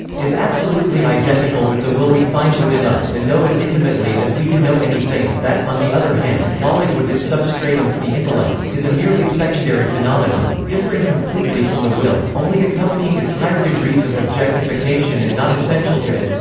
is absolutely identical with the will we find within us and know as intimately as we can know any thing that, on the other hand, knowledge with its substratum, the intellect, is a merely secondary phenomenon, differing completely from the will, only accompanying its higher degrees of objectification and not essential to it.